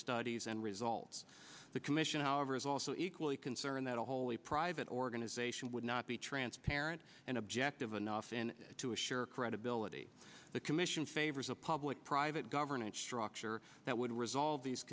studies and results the commission however is also equally concerned that a wholly pride that organization would not be transparent and objective enough in to assure credibility the commission favors a public private governance structure that would resolve these